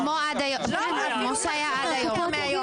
כמו עד היום, כמו שהיה עד היום.